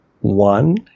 one